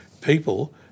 people